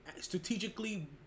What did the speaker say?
strategically